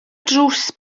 drws